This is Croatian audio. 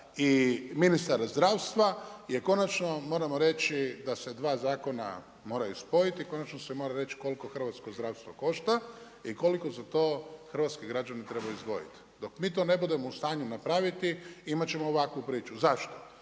i ministar zdravstva je konačno moramo reći da dva zakona moraju spojiti, konačno se mora reći koliko hrvatsko zdravstvo košta i koliko za to hrvatski građani trebaju izdvojiti. Dok mi to ne budemo u stanju napraviti, imat ćemo ovakvu priču. Zašto?